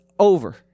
over